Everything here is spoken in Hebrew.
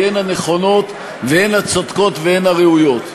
כי הן הנכונות והן הצודקות והן הראויות.